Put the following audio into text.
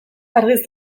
argi